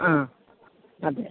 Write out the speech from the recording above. ആ അതെ